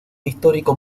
histórico